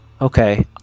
Okay